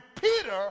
Peter